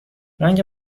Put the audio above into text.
رنگ